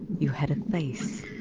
you had a face,